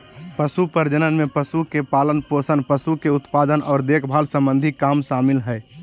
पशु प्रजनन में पशु के पालनपोषण, पशु के उत्पादन आर देखभाल सम्बंधी काम शामिल हय